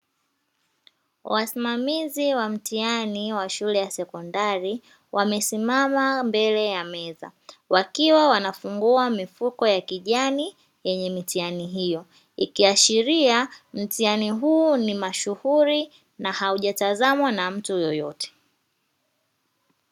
Wasimamizi wa mtihani wa shule ya sekondari, wamesimama mbele ya meza wakiwa wanafungua mifuko ya kijani yenye mitihani hiyo ikiashiria mtihani huo ni mashuhuri haujatizamwa na mtu yeyote.